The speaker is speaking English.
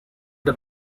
the